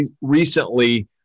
recently